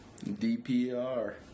DPR